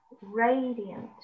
radiant